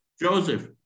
Joseph